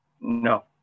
No